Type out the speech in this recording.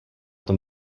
tom